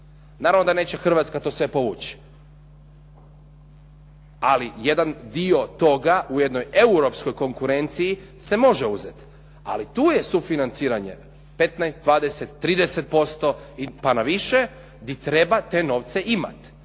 naravno da to neće sve Hrvatska povući. Ali jedan dio toga ujedno u europskoj konkurenciji se može uzeti. Ali tu je financiranje 15, 20, 30% pa na više gdje treba te novce imati.